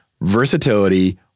versatility